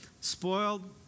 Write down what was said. spoiled